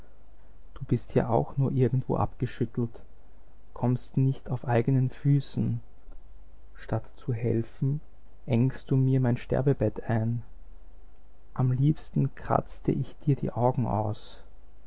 du bist ja auch nur irgendwo abgeschüttelt kommst nicht auf eigenen füßen statt zu helfen engst du mir mein sterbebett ein am liebsten kratzte ich dir die augen aus